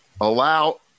allow